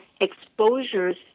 exposures